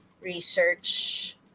research